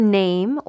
name